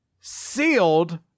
sealed